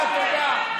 אתה שונא.